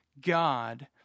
God